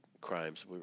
crimes